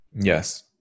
Yes